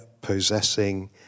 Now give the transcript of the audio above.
possessing